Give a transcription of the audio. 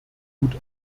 gut